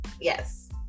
yes